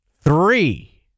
Three